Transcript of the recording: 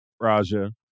Raja